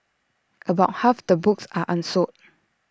about half the books are unsold